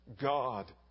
God